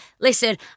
Listen